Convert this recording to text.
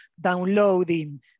downloading